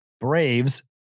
Braves